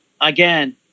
again